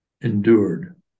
endured